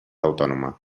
autònoma